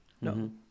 no